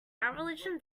religion